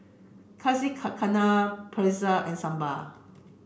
Yakizakana Pretzel and Sambar